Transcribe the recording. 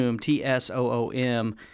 t-s-o-o-m